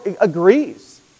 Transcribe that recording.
agrees